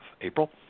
April